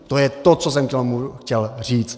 To je to, co jsem k tomu chtěl říct.